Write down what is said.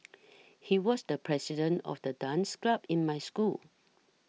he was the president of the dance club in my school